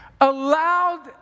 allowed